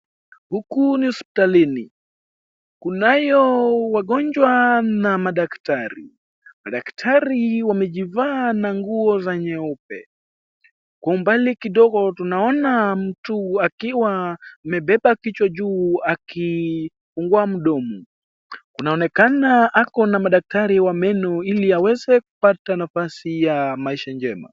Huku ni hospitalini kunayo wagonjwa na madaktari. Madaktar wamejivaa na nguo za nyeupe kwa umbali kidogo tunaona mtu akiwa amebeba kichwa juu akifungua mdomo. Kunaonekana akona madaktari wa meno ili aweze kupata nafasi ya maisha njema.